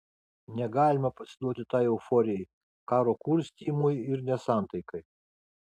negalima pasiduoti tai euforijai karo kurstymui ir nesantaikai